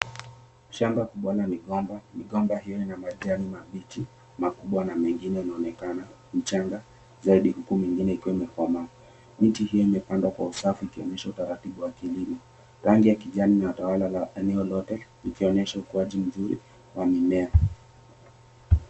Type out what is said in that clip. Shamba kubwa la migomba, migomba hiyo ina majani mabichi makubwa na mingine yanaonekana michanga zaidi na huku mingine inaonekana imekomaa. Miti hiyo imepandwa kwa usafi ikionyesha taratibu ya kilimo rangi ya kijani inatawala eneo lote ikionyesha ukuwaji mzuri wa mimea.